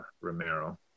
romero